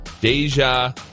Deja